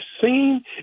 seen